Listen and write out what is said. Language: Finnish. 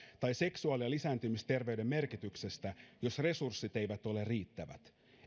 tai seksuaali ja lisääntymisterveyden merkityksestä jos resurssit eivät ole riittävät